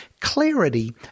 clarity